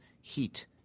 heat